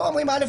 או אומרים: א',